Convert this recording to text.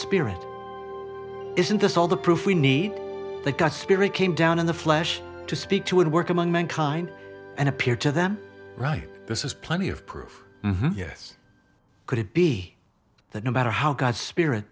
spirit isn't this all the proof we need that god spirit came down in the flesh to speak to and work among mankind and appear to them right this is plenty of proof yes could it be that no matter how god's spirit